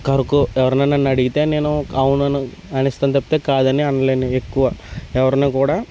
కొరకు ఎవరైనా నన్ను అడిగితే నేను అవునని అనేస్తాను తప్పితే కాదని అనలేను ఎక్కువ ఎవరిని కూడా